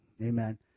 Amen